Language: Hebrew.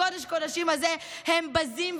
לקודש-הקודשים הזה הם בזים,